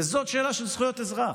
וזאת שאלה של זכויות אזרח,